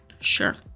Sure